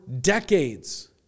decades